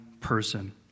person